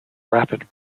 rapid